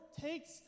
takes